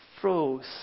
froze